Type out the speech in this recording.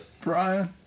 Brian